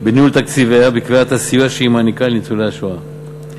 בניהול תקציביה ובקביעת הסיוע שהיא מעניקה לניצולי השואה.